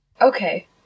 Okay